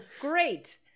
Great